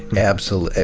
absolutely.